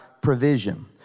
provision